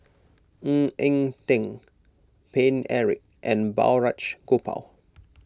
Ng Eng Teng Paine Eric and Balraj Gopal